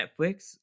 Netflix